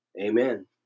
Amen